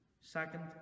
second